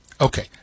Okay